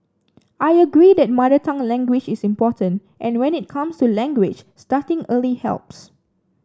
I agree that mother tongue language is important and when it comes to language starting early helps